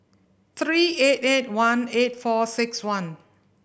three eight eight one eight four six one